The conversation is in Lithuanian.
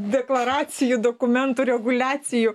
deklaracijų dokumentų reguliacijų